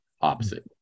opposite